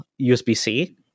USB-C